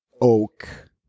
Oak